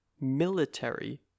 military